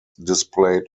displayed